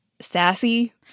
sassy